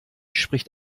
spricht